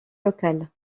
locale